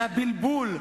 מהבלבול.